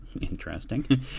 Interesting